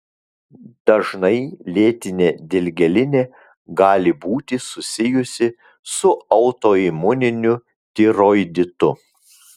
dažnai lėtinė dilgėlinė gali būti susijusi su autoimuniniu tiroiditu